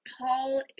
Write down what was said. Paul